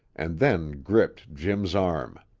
and then gripped jim's arm.